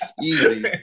easy